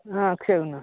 అక్షయ్ ఉన్న